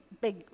big